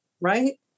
right